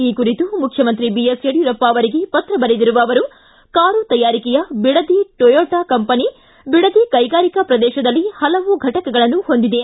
ಈ ಕುರಿತು ಮುಖ್ಯಮಂತ್ರಿ ಯಡಿಯೂರಪ್ಪ ಅವರಿಗೆ ಪತ್ರ ಬರೆದಿರುವ ಅವರು ಕಾರು ತಯಾರಿಕೆಯ ಬಿಡದಿ ಟೊಯೋಟಾ ಕಂಪನಿ ಬಿಡದಿ ಕೈಗಾರಿಕಾ ಪ್ರದೇಶದಲ್ಲಿ ಹಲವು ಘಟಕಗಳನ್ನು ಹೊಂದಿದೆ